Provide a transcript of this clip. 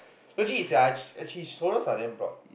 legit sia she his shoulders are damn broad